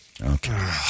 Okay